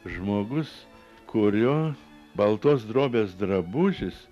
žmogus kurio baltos drobės drabužis